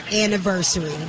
anniversary